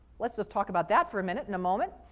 let's just talk about that for a minute in a moment.